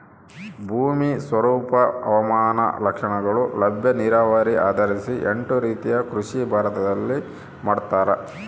ಭೂಮಿ ಸ್ವರೂಪ ಹವಾಮಾನ ಲಕ್ಷಣಗಳು ಲಭ್ಯ ನೀರಾವರಿ ಆಧರಿಸಿ ಎಂಟು ರೀತಿಯ ಕೃಷಿ ಭಾರತದಲ್ಲಿ ಮಾಡ್ತಾರ